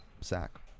sack